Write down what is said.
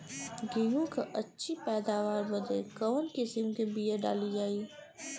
गेहूँ क अच्छी पैदावार बदे कवन किसीम क बिया डाली जाये?